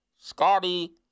Scotty